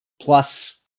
plus